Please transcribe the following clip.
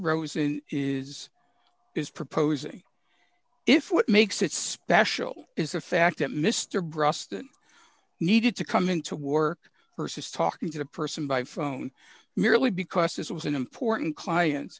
rose and is is proposing if what makes it special is the fact that mr brust needed to come into work versus talking to the person by phone merely because this was an important client